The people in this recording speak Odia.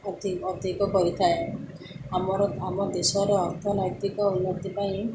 ଅତି ଅଧିକ କରିଥାଏ ଆମର ଆମ ଦେଶର ଅର୍ଥନୈତିକ ଉନ୍ନତି ପାଇଁ